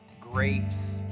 grapes